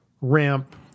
ramp